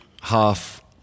half